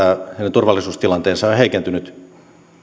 turvallisuustilanteensa on heikentynyt